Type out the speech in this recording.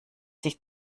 sich